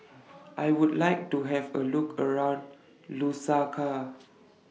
I Would like to Have A Look around Lusaka